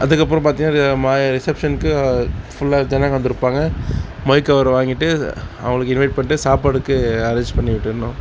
அதுக்கப்புறம் பார்த்தீங்கன்னா மாய ரிஷப்சன்னுக்கு ஃபுல்லாக ஜனங்க வந்திருப்பாங்க மொய் கவர் வாங்கிட்டு அவங்களுக்கு இன்வைட் பண்ணிவிட்டு சாப்பாடுக்கு அரேஞ்ச் பண்ணிவிட்டுறணும்